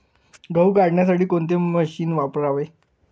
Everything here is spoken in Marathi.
गहू काढण्यासाठी कोणते मशीन वापरावे?